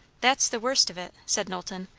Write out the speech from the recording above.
that's the worst of it! said knowlton.